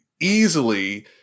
easily